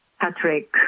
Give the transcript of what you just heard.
Patrick